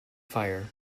fire